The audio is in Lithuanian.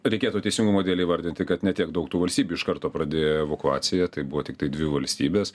reikėtų teisingumo dėlei įvardinti kad ne tiek daug tų valstybių iš karto pradėjo evakuaciją tai buvo tiktai dvi valstybės